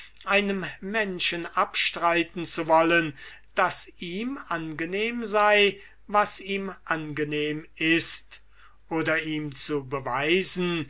einem menschen abstreiten zu wollen daß ihm angenehm sei was ihm angenehm ist oder ihm zu beweisen